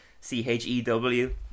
C-H-E-W